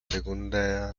segunda